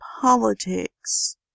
politics